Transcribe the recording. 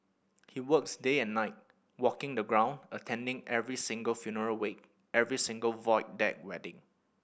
he works day and night walking the ground attending every single funeral wake every single Void Deck wedding